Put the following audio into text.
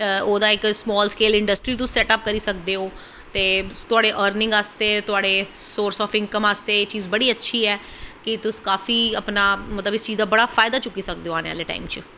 ओह्दा तुस इक समाल स्केल इंडस्ट्री तुस सैटअप करी सकदे हो ते तुआढ़े अर्निंग आस्ते तुआढ़े सोरस ऑफ इंकम आस्तै एह चीज़ बड़ी अच्ची ऐ कि तुस काफी अपनां मतलव इस चीज़ दा बड़ा फायदा चुक्की सकदे ओ आनें आह्ले समें च